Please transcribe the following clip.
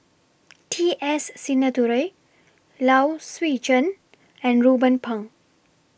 T S Sinnathuray Low Swee Chen and Ruben Pang